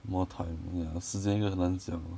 more time ya 时间又很难讲 hor